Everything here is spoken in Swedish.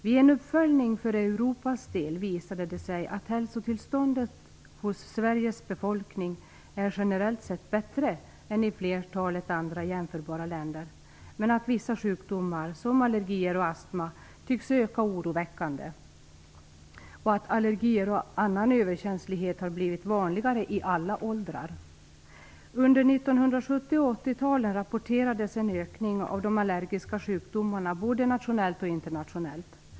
Vid en uppföljning för Europas del visade det sig att hälsotillståndet hos Sveriges befolkning är generellt sett bättre än i flertalet andra jämförbara länder, men att vissa sjukdomar, som allergier och astma, tycks öka oroväckande, och att allergier och annan överkänslighet har blivit vanligare i alla åldrar. Under 1970 och 80-talet rapporterades en ökning av de allergiska sjukdomarna både nationellt och internationellt.